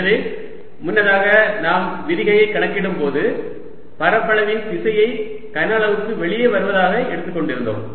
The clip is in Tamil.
எனவே முன்னதாக நாம் விரிகையை கணக்கிடும்போது பரப்பளவின் திசையை கன அளவுக்கு வெளியே வருவதாக எடுத்துக்கொண்டிருந்தோம்